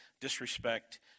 disrespect